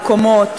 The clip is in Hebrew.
בקומות,